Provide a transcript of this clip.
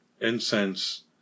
incense